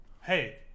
Hey